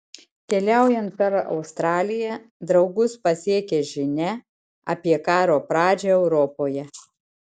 keliaujant per australiją draugus pasiekia žinia apie karo pradžią europoje